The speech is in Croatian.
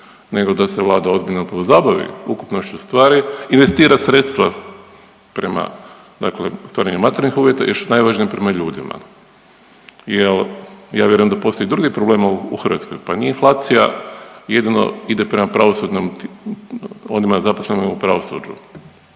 nego da se Vlada ozbiljno pozabavi ukupnošću stvari, investira sredstva prema dakle ostvarenju materijalnih uvjeta, a što je najvažnije prema ljudima jer ja vjerujem da postoji i drugih problema u Hrvatskoj, pa nije inflacija jedino ide prema pravosudnom, onima zaposlenim u pravosuđu.